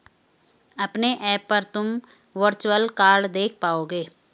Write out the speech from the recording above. अपने ऐप पर तुम वर्चुअल कार्ड देख पाओगे